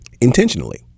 Intentionally